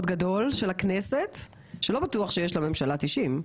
מאוד גדול של הכנסת שלא בטוח שיש לממשלה 90,